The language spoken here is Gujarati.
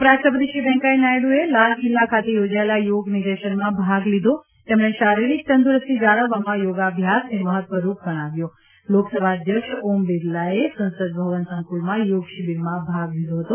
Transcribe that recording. ઉપરાષ્ટ્રપતિશ્રી વેંકૈયા નાયડુએ લાલ કિલ્લા ખાતે યોજાયેલા યોગ નિદર્શનમાં ભાગ લીધો તેમણે શારીરિક તંદુરસ્તી જાળવવામાં યોગાભ્યાસને મહત્વરુપ ગણાવ્યો લોકસભા અધ્યક્ષ ઓમ બિરલાએ સંસદ ભવન સંકુલમાં યોગ શિબિરમાં ભાગ લીધો ફતો